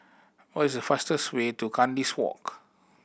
what is the fastest way to Kandis Walk